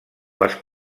les